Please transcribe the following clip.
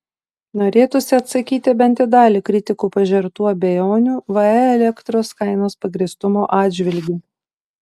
norėtųsi atsakyti bent į dalį kritikų pažertų abejonių vae elektros kainos pagrįstumo atžvilgiu